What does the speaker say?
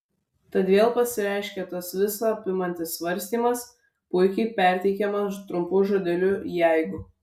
tad vėl pasireiškė tas visa apimantis svarstymas puikiai perteikiamas trumpu žodeliu jeigu